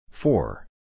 Four